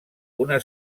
una